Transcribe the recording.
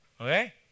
Okay